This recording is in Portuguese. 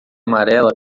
amarela